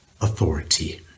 authority